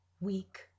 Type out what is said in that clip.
weak